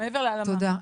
תודה.